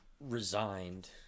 resigned